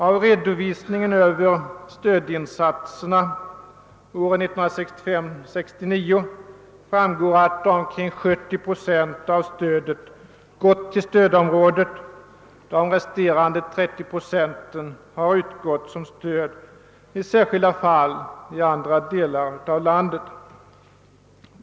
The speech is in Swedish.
Av redovisning över stödinsatserna 1965—1969 framgår att omkring 70 procent av stödet har gått till stödområdet; de resterande 30 procenten har utgått som stöd i särskilda fall i andra delar av landet.